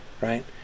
right